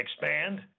expand